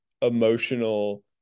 emotional